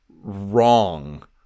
wrong